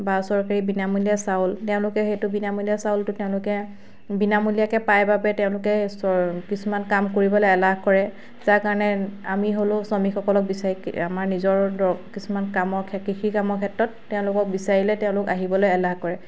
বা চৰকাৰী বিনামূলীয়া চাউল তেওঁলোকে সেইটো বিনামূলীয়া চাউলটো তেওঁলোকে বিনামূলীয়াকৈ পায় বাবে তেওঁলোকে চ কিছুমান কাম কৰিবলৈ এলাহ কৰে যাৰ কাৰণে আমি হ'লেও শ্ৰমিকসকলক বিচাৰি আমাৰ নিজৰ দৰ কিছুমান কামৰ কৃষি কামৰ ক্ষেত্ৰত তেওঁলোকক বিচাৰিলে তেওঁলোক আহিবলৈ এলাহ কৰে